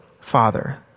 Father